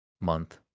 month